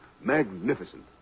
magnificent